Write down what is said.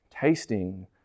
Tasting